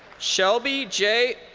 shelby j.